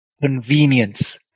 convenience